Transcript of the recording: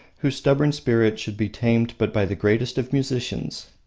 whose stubborn spirit should be tamed but by the greatest of musicians.